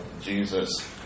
Jesus